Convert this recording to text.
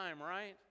right